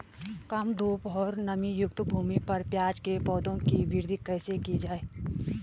कम धूप और नमीयुक्त भूमि पर प्याज़ के पौधों की वृद्धि कैसे की जाए?